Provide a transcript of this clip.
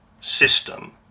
system